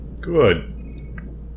Good